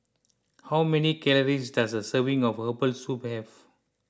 how many calories does a serving of Herbal Soup have